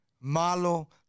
Malo